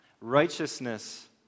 Righteousness